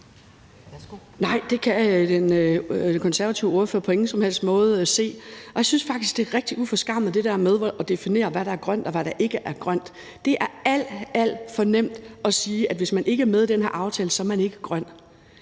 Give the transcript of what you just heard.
Nej, det kan den konservative ordfører på ingen som helst måde se. Og jeg synes faktisk, at det der med at definere, hvad der er grønt, og hvad der ikke er grønt, er rigtig uforskammet. Det er alt, alt for nemt at sige, at hvis man ikke er med i den her aftale, er man ikke grøn.